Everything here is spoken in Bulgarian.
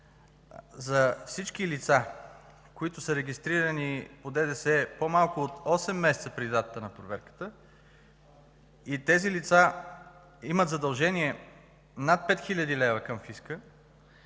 за всички лица, които са регистрирани по ДДС по-малко от осем месеца преди датата на проверката и тези лица имат задължения над 5 хил. лв. към фиска;